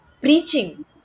preaching